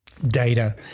data